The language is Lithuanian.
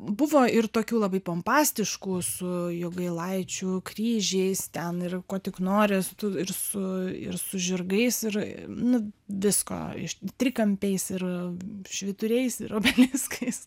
buvo ir tokių labai pompastiškų su jogailaičių kryžiais ten ir ko tik nori ir su ir su žirgais ir nu visko iš trikampiais ir švyturiais ir obeliskais